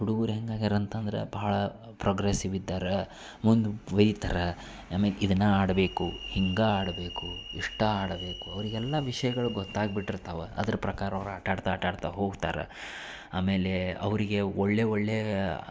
ಹುಡುಗರ್ ಹೇಗ್ ಆಗ್ಯರ ಅಂತಂದರೆ ಭಾಳ ಪ್ರೊಗ್ರೆಸಿವ್ ಇದಾರ ಮುಂದೆ ವೈತರ ಆಮೇಲ್ ಇದನ್ನ ಆಡಬೇಕು ಹೀಗೆ ಆಡಬೇಕು ಇಷ್ಟೇ ಆಡಬೇಕು ಅವರಿಗೆಲ್ಲಾ ವಿಷಯಗಳು ಗೊತ್ತಾಗ್ಬಿಟ್ಟಿರ್ತಾವೆ ಅದ್ರ ಪ್ರಕಾರ ಅವ್ರು ಆಟಾಡ್ತಾ ಆಟಾಡ್ತಾ ಹೋಗ್ತಾರೆ ಆಮೇಲೆ ಅವರಿಗೆ ಒಳ್ಳೆಯ ಒಳ್ಳೆಯ